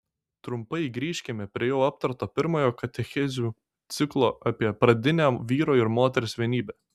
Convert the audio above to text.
trumpai grįžkime prie jau aptarto pirmojo katechezių ciklo apie pradinę vyro ir moters vienybę